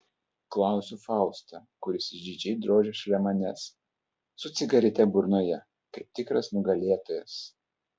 klausiu faustą kuris išdidžiai drožia šalia manęs su cigarete burnoje kaip tikras nugalėtojas